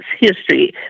history